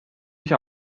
ise